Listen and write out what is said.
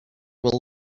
will